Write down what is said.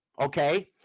okay